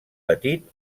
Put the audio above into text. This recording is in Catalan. petit